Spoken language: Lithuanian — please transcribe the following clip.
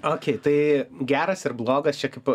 okėj tai geras ir blogas čia kaip